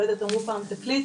לא יודעת אמרו פעם תקליט,